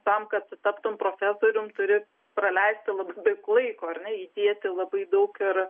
tam kad taptum profesorium turi praleisti labai daug laiko ar ne įdėti labai daug ir